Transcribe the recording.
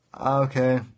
Okay